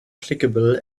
clickable